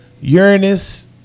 Uranus